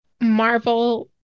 Marvel